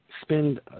spend